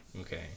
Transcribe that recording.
Okay